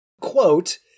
Quote